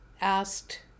asked